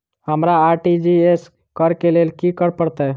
हमरा आर.टी.जी.एस करऽ केँ लेल की करऽ पड़तै?